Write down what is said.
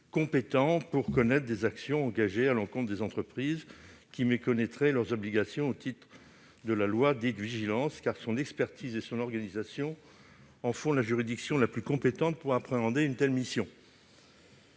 compétent pour connaître des actions engagées à l'encontre des entreprises qui méconnaîtraient leurs obligations au titre la loi dite « vigilance », car son expertise et son organisation en font la juridiction la plus compétente pour appréhender une telle mission.